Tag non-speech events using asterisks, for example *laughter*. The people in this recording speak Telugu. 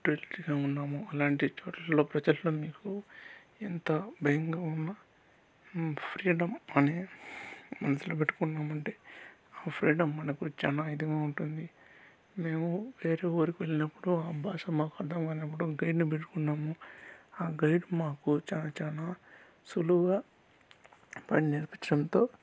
*unintelligible* అలాంటి చోట్లలో ప్రజల్లో మీరు ఎంత భయంగా ఉన్నా ఫ్రీడమ్ అనే మనసులో పెట్టుకున్నామంటే ఆ ఫ్రీడమ్ మనకు చాలా ఇదిగా ఉంటుంది మేము వేరే ఊరికి వెళ్ళినప్పుడు ఆ భాష మాకు అర్ధంకానప్పుడు గైడ్ని పెట్టుకున్నాము ఆ గైడ్ మాకు చాలా చాలా సులువుగా పని నేర్పించడంతో